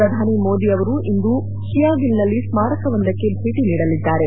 ಪ್ರಧಾನಿ ಮೋದಿ ಅವರು ಇಂದು ಕಿಯಾಗಿಲ್ನಲ್ಲಿ ಸ್ನಾರಕವೊಂದಕ್ಷೆ ಭೇಟಿ ನೀಡಲಿದ್ದಾರೆ